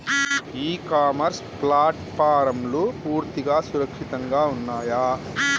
ఇ commerce ప్లాట్ఫారమ్లు పూర్తిగా సురక్షితంగా ఉన్నయా?